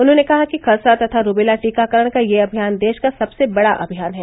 उन्होंने कहा कि खसरा तथा रूबेला टीकाकरण का यह अभियान देश का सबसे बड़ा अभियान है